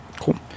Cool